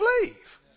believe